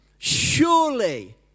surely